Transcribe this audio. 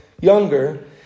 younger